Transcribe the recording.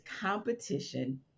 competition